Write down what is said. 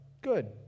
Good